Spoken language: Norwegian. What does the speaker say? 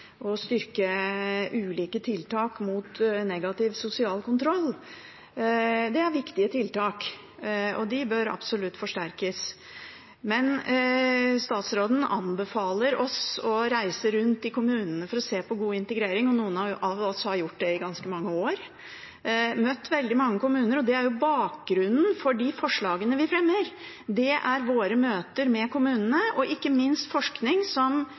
å styrke ulike tiltak mot negativ sosial kontroll. Det er viktige tiltak, og de bør absolutt forsterkes. Statsråden anbefaler oss å reise rundt i kommunene for å se på god integrering, og noen av oss har gjort det i ganske mange år – møtt veldig mange kommuner. Bakgrunnen for de forslagene vi fremmer, er våre møter med kommunene og ikke minst forskning som